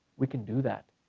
we can do that,